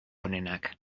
onenak